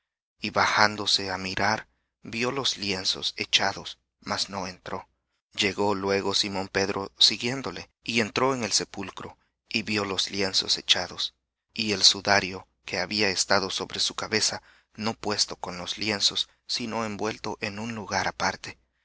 y bajándose á mirar vió los lienzos echados mas no entró llegó luego simón pedro siguiéndole y entró en el sepulcro y vió los lienzos echados y el sudario que había estado sobre su cabeza no puesto con los lienzos sino envuelto en un lugar aparte